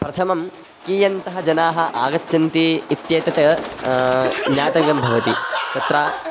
प्रथमं कीयन्तः जनाः आगच्छन्ति इत्येतत् ज्ञातव्यं भवति तत्र